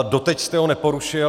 Doteď jste ho neporušil.